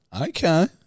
Okay